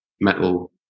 metal